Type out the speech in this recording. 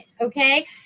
okay